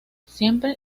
siempre